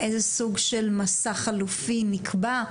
איזה סוג של מסע חלופי נקבע,